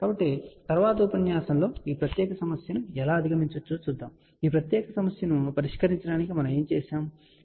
కాబట్టి తరువాతి ఉపన్యాసంలో ఈ ప్రత్యేక సమస్యను ఎలా అధిగమించవచ్చో చూద్దాం మరియు ఈ ప్రత్యేక సమస్యను పరిష్కరించడానికి మనము ఏమి చేసాము సరే